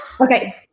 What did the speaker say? Okay